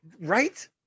right